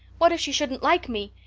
what if she shouldn't like me!